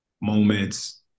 moments